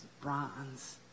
bronze